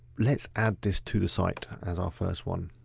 let's add this to the site as our first one.